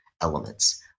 elements